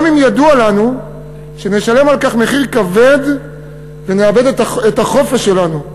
גם אם ידוע לנו שנשלם על כך מחיר כבד ונאבד את החופש שלנו.